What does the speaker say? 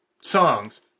songs